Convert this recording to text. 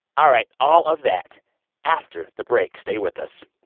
all right. all of that after the break. stay with us